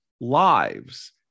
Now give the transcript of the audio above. lives